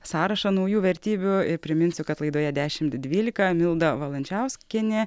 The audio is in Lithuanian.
sąrašą naujų vertybių ir priminsiu kad laidoje dešimt dvylika milda valančiauskienė